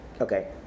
Okay